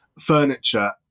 furniture